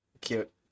Cute